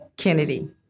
Kennedy